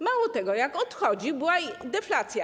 Mało tego, jak odchodził, była deflacja.